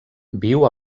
viu